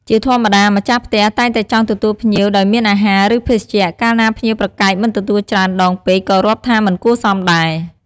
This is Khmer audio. ជាធម្មតា ម្ចាស់ផ្ទះតែងតែចង់ទទួលភ្ញៀវដោយមានអាហារ ឬ ភេសជ្ជៈ កាលណាភ្ញៀវប្រកែកមិនទទួលច្រើនដងពេកក៏រាប់ថាមិនគួរសមដែរ។